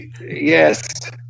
Yes